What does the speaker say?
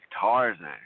Tarzan